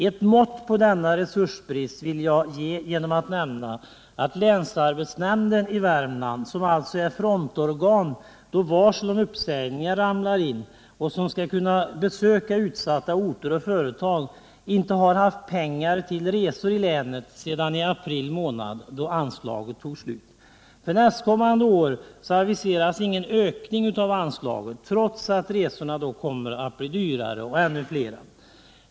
Ett mått på denna resursbrist vill jag ge genom att nämna att länsarbetsnämnden i Värmland, som alltså är frontorgan då varsel om uppsägningar ramlar in och skall kunna besöka utsatta orter och företag, inte har haft pengar till resor i länet sedan i april då anslaget tog slut. För nästkommande år aviseras ingen ökning trots att resorna då kommer att bli dyrare och fler.